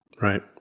Right